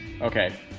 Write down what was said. okay